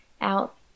out